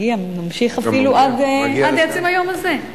הוא הגיע, וממשיך אפילו עד עצם היום הזה.